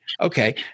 Okay